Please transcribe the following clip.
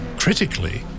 Critically